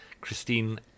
Christine